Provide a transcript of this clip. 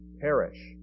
perish